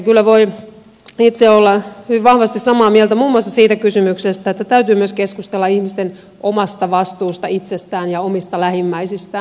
kyllä voin itse olla hyvin vahvasti samaa mieltä muun muassa siitä kysymyksestä että täytyy myös keskustella ihmisten omasta vastuusta itsestään ja omista lähimmäisistään